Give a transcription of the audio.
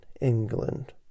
England